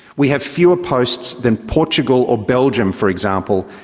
we have fewer posts than portugal or belgium, for example,